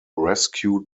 rescued